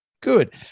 good